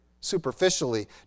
superficially